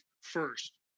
first